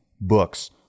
Books